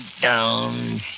Down